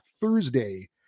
thursday